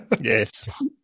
yes